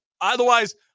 otherwise